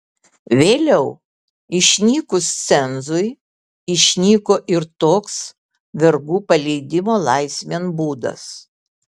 vėliau išnykus cenzui išnyko ir toks vergų paleidimo laisvėn būdas